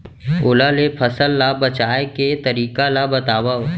ओला ले फसल ला बचाए के तरीका ला बतावव?